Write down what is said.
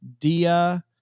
Dia